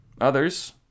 Others